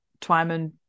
Twyman